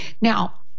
Now